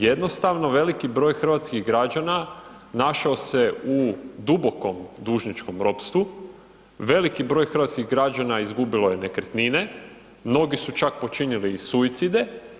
Jednostavno veliki broj hrvatskih građana našao se u dubokom dužničkom ropstvu, veliki broj hrvatskih građana izgubilo je nekretnine, mnogi su čak počinili i suicide.